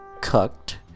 cooked